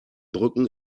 brücken